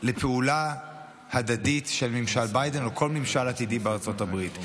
לפעולה הדדית של ממשל ביידן או כל ממשל עתידי בארצות הברית.